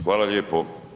Hvala lijepo.